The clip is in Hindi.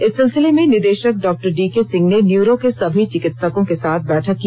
इस सिलसिले में निदेशक डॉ डीके सिंह ने न्यूरो के सभी चिकित्सकों के साथ बैठक की